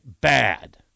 Bad